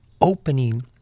opening